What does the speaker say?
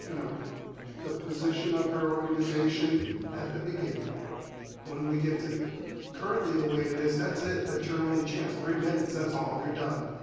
you know the position of her organization at the beginning when we get to currently the way it is, that's it, that's your only chance. three minutes, that's all, you're done.